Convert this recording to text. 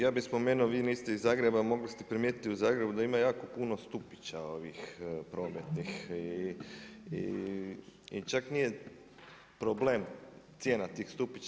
Ja bi spomenuo, vi niste iz Zagreba mogli ste primijetiti u Zagrebu da ima jako puno stupića ovih prometnih i čak nije problem cijena tih stupića.